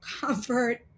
comfort